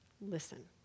listen